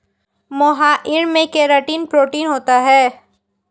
मोहाइर में keratin protein होता है